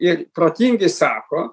ir protingi sako